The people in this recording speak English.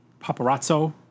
Paparazzo